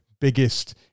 biggest